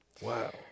Wow